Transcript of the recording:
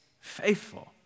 faithful